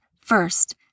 first